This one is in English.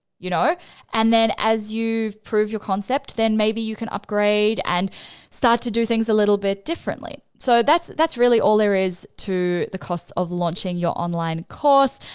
you know and then as you prove your concept, then maybe you can upgrade and start to do things a little bit differently. so that's that's really all there is to the cost of launching your online course.